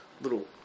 little